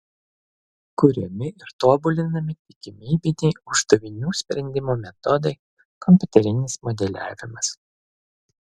kuriami ir tobulinami tikimybiniai uždavinių sprendimo metodai kompiuterinis modeliavimas